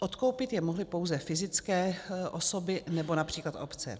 Odkoupit je mohly pouze fyzické osoby nebo například obce.